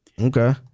Okay